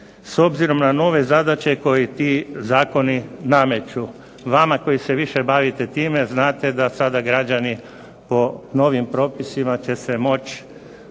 s obzirom na nove zadaće koji ti zakoni nameću. Vama koji se više bavite time znate da sada građani po novim propisima će se moći